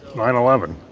nine eleven.